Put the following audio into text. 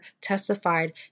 testified